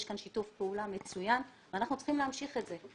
יש כאן שיתוף פעולה מצוין ואנחנו צריכים להמשיך אותו.